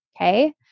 okay